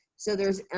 so there's,